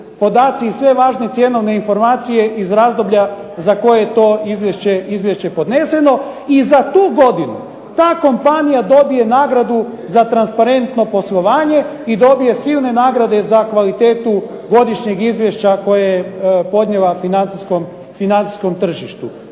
i sve važne cjenovne informacije iz razdoblja za koje je to izvješće podneseno i za tu godinu ta kompanija dobije nagradu za transparentno poslovanje i dobije silne nagrade za kvalitetu godišnjeg izvješća koje je podnijela financijskom tržištu.